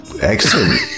Excellent